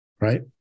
Right